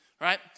right